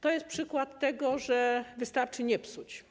To jest przykład tego, że wystarczy nie psuć.